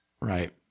Right